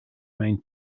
mijn